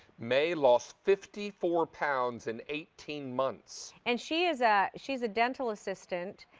mei lost fifty four pounds in eighteen months. and she's ah she's a dental assistant.